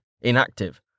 inactive